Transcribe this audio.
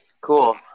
cool